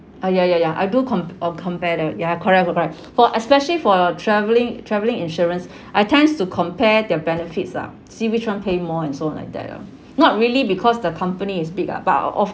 ah ya ya ya I do comp~ or compare the ya correct correct for especially for your traveling traveling insurance I tends to compare their benefits lah see which one pay more and so on like that lah not really because the company is big ah but o~ of